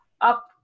up